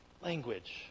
Language